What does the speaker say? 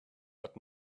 but